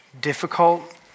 difficult